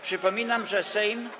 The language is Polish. Przypominam, że Sejm.